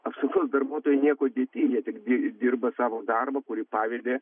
apsaugos darbuotojai niekuo dėti jie tik dir dirba savo darbą kurį pavedė